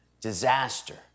disaster